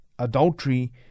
adultery